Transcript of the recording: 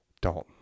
Dalton